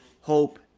hope